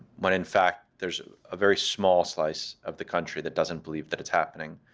when, in fact, there's a very small slice of the country that doesn't believe that it's happening,